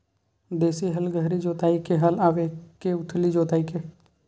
देशी हल गहरी जोताई के हल आवे के उथली जोताई के?